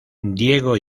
diego